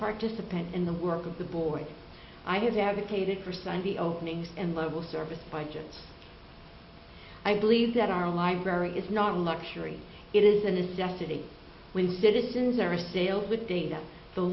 participant in the work of the board i have advocated for sunday openings and local service by gents i believe that our library is not a luxury it is a necessity when citizens are assailed with data the